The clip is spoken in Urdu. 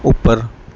اوپر